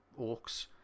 orcs